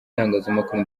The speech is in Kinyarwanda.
itangazamakuru